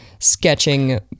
sketching